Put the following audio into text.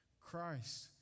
Christ